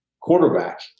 quarterback